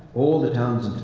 all the towns,